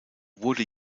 wurde